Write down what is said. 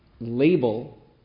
Label